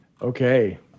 Okay